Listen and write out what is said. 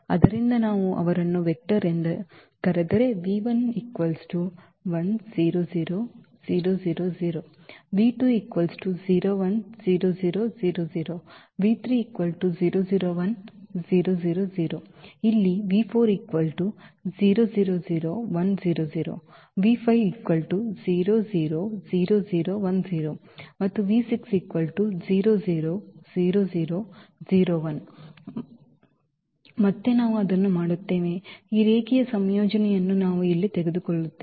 ಆದ್ದರಿಂದ ನಾವು ಅವರನ್ನು ವೆಕ್ಟರ್ ಎಂದು ಕರೆದರೆ ಮತ್ತು ಈ ಇಲ್ಲಿ ಇದು ಮತ್ತು ಮತ್ತು ಮತ್ತು ಮತ್ತೆ ನಾವು ಅದನ್ನು ಮಾಡುತ್ತೇವೆ ಈ ರೇಖೀಯ ಸಂಯೋಜನೆಯನ್ನು ನಾವು ಇಲ್ಲಿ ತೆಗೆದುಕೊಳ್ಳುತ್ತೇವೆ